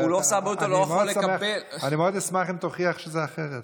ואני מאוד אשמח אם תוכיח שזה אחרת.